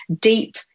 deep